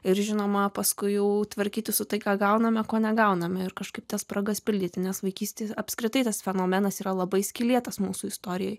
ir žinoma paskui jau tvarkytis su tai ką gauname ko negauname ir kažkaip tas spragas pildyti nes vaikystės apskritai tas fenomenas yra labai skylėtas mūsų istorijai